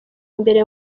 imbere